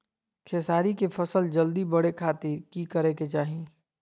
खेसारी के फसल जल्दी बड़े के खातिर की करे के चाही?